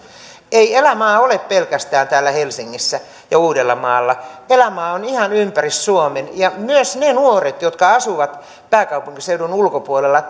ei elämää ole pelkästään täällä helsingissä ja uudellamaalla elämää on ihan ympäri suomen ja myös ne nuoret jotka asuvat pääkaupunkiseudun ulkopuolella